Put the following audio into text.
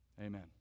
Amen